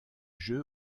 jeux